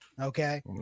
Okay